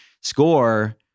score